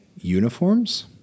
uniforms